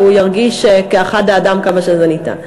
והוא ירגיש כאחד האדם עד כמה שניתן.